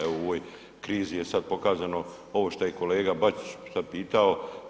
Evo, u ovoj krizi je sad pokazano ovo što je i kolega Bačić sad pitao.